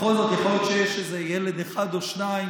בכל זאת יכול להיות שיש איזה ילד אחד או שניים